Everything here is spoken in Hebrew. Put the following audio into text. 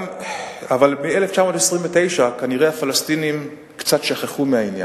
אבל מ-1929 כנראה הפלסטינים קצת שכחו מהעניין,